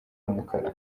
umukara